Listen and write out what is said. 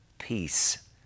peace